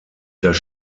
das